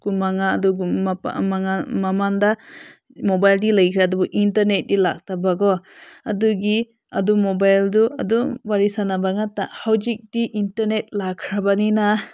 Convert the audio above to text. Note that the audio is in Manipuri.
ꯀꯨꯟꯃꯉꯥ ꯑꯗꯨꯒꯨꯝ ꯃꯃꯥꯡꯗ ꯃꯣꯕꯥꯏꯜꯗꯤ ꯂꯩꯈ꯭ꯔꯦ ꯑꯗꯨꯒ ꯏꯟꯇꯔꯅꯦꯠꯇꯤ ꯂꯥꯛꯇꯕꯀꯣ ꯑꯗꯨꯒꯤ ꯑꯗꯨ ꯃꯣꯕꯥꯏꯜꯗꯣ ꯑꯗꯨꯝ ꯋꯥꯔꯤ ꯁꯥꯟꯅꯕ ꯉꯥꯛꯇ ꯍꯧꯖꯤꯛꯇꯤ ꯏꯟꯇꯔꯅꯦꯠ ꯂꯥꯛꯈ꯭ꯔꯕꯅꯤꯅ